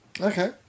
Okay